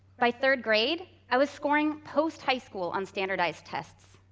by third grade, i was scoring post-high school on standardized tests.